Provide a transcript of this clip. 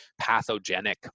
pathogenic